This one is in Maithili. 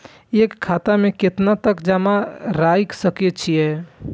एक खाता में केतना तक जमा राईख सके छिए?